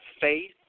faith